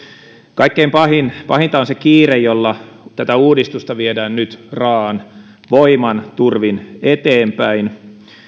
kaikkein pahinta on se kiire jolla tätä uudistusta viedään nyt raaan voiman turvin eteenpäin